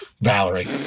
Valerie